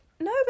no